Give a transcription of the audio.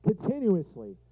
Continuously